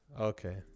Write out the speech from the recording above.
okay